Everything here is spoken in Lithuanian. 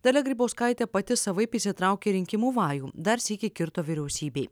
dalia grybauskaitė pati savaip įsitraukė rinkimų vajų dar sykį kirto vyriausybei